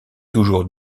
toujours